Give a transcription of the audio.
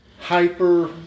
Hyper